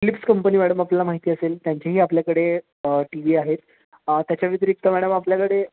Philips company madam आपल्याला माहिती असेल त्यांचीही आपल्याकडे टी व्ही आहेत त्याच्याव्यतिरिक्त मॅडम आपल्याकडे